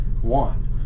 one